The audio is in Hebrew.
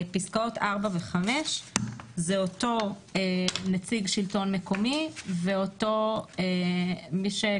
פסקאות 4 ו-5 זה אותו נציג שלטון מקומי ואותו -- מה,